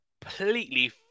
completely